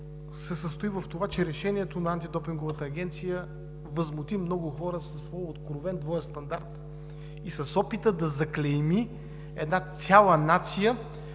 се състои в това, че решението на антидопинговата агенция възмути много хора със своя откровен двоен стандарт и с опита да заклейми една цяла нация,